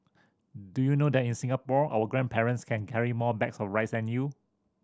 do you know that in Singapore our grandparents can carry more bags of rice than you